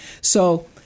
So-